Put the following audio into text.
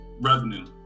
revenue